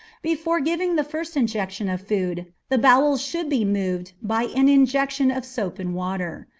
before giving the first injection of food the bowels should be moved by an injection of soap and water.